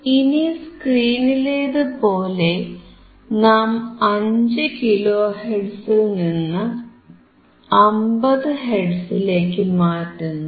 ഇനി സ്ക്രീനിലേതുപോലെ നാം 5 കിലോ ഹെർട്സിൽനിന്ന് 50 ഹെർട്സിലേക്കു മാറ്റുന്നു